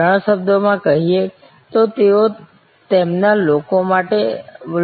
સરળ શબ્દોમાં કહીએ તો તેઓ તેમના